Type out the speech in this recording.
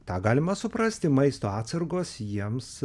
tą galima suprasti maisto atsargos jiems